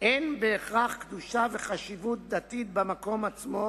אין בהכרח קדושה וחשיבות דתית במקום עצמו,